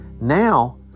now